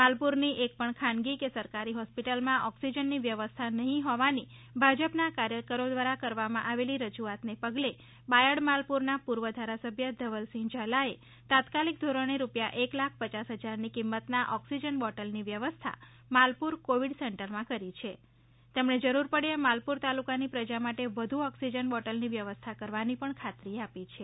માલપુરની એક પણ ખાનગી કે સરકારી હોસ્પીટલમાં ઓક્સીજનની વ્યવસ્થા નહીં હોવાની ભાજપના કાર્યકરો દ્વારા કરવામાં આવેલી રજૂઆતને પગલે બાયડ માલપુરના પૂર્વ ધારાસભ્ય ધવલસિંહ ઝાલાએ તાત્કાલિક ધોરણે રૂપિયા એક લાખ પયાસ હજારની કિમતના ઓક્સિજન બોટલની વ્યવસ્થા માલપુર કોવિડ સેન્ટરમાં કરી છે અને તેમણે જરૂર પડ્યે માલપુર તાલુકાની પ્રજા માટે વધુ ઓક્સિજન બોટલની વ્યવસ્થા કરવાની પણ ખાતરી આપી છે